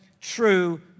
true